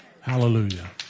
Hallelujah